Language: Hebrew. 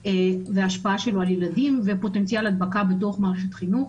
וההשפעה שלו על ילדים ופוטנציאל הדבקה בתוך מערכת חינוך,